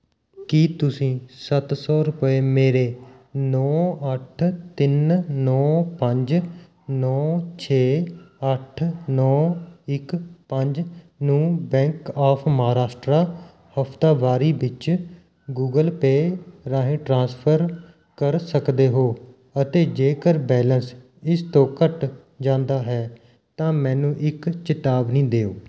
ਕੀ ਤੁਸੀਂਂ ਸੱਤ ਸੌ ਰੁਪਏ ਮੇਰੇ ਨੌਂ ਅੱਠ ਤਿੰਨ ਨੌਂ ਪੰਜ ਨੌਂ ਛੇ ਅੱਠ ਨੌਂ ਇੱਕ ਪੰਜ ਨੂੰ ਬੈਂਕ ਆਫ ਮਹਾਰਾਸ਼ਟਰਾ ਹਫ਼ਤਾਵਾਰੀ ਵਿੱਚ ਗੂਗਲ ਪੇ ਰਾਹੀਂ ਟ੍ਰਾਂਸਫਰ ਕਰ ਸਕਦੇ ਹੋ ਅਤੇ ਜੇਕਰ ਬੈਲੇਂਸ ਇਸ ਤੋਂ ਘੱਟ ਜਾਂਦਾ ਹੈ ਤਾਂ ਮੈਨੂੰ ਇੱਕ ਚੇਤਾਵਨੀ ਦਿਓ